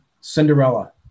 Cinderella